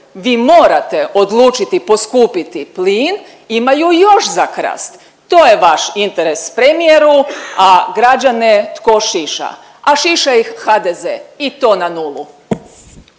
vi morate odlučiti poskupiti plin imaju još za krast. To je vaš interes premijeru, a građana tko šiša, a šiša ih HDZ i to na nulu.